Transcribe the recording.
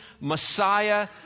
Messiah